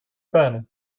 beine